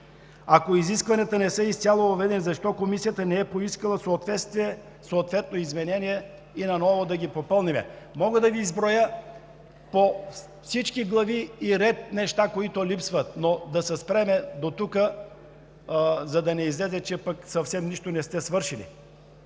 Ако изискванията не са изцяло въведени, защо Комисията не е поискала съответно изменение и наново да ги попълним? Мога да Ви изброя по всички глави ред неща, които липсват, но да спрем дотук, за да не излезе, че съвсем нищо не сте свършили.